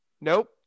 Nope